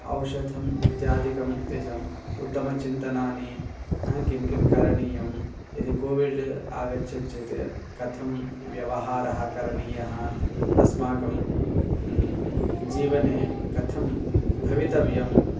औषधम् इत्यादिकं तेषाम् उत्तमचिन्तनानि किं किं करणीयं यदि कोविड् आगच्छति चेत् कथं व्यवहारः करणीयः अस्माकं जीवने कथं भवितव्यम्